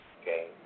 okay